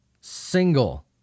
single